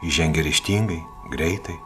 jis žengė ryžtingai greitai